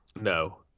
No